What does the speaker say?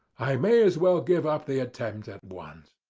i may as well give up the attempt at once.